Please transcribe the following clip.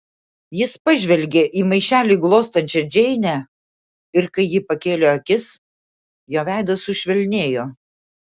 jis pažvelgė į maišelį glostančią džeinę ir kai ji pakėlė akis jo veidas sušvelnėjo